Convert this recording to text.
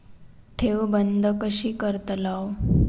ठेव बंद कशी करतलव?